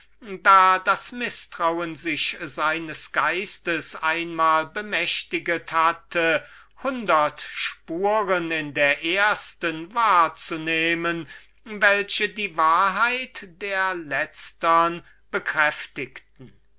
da das mißtrauen sich seines geistes einmal bemächtiget hatte hundert spuren in der ersten wahrzunehmen welche die wahrheit der letztern bekräftigten